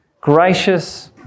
gracious